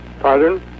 Pardon